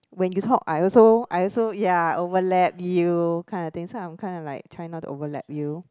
when you talk I also I also ya overlap you kind of thing so I'm kind of like try to overlap you